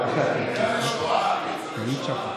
תודה.